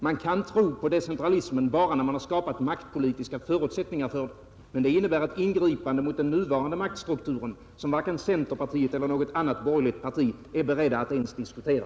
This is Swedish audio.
Man kan tro på decentralismen bara när man har skapat maktpolitiska förutsättningar för den, men det innebär ett ingripande mot den nuvarande maktstrukturen som varken centerpartiet eller något annat borgerligt parti är berett att ens diskutera.